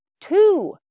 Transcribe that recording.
two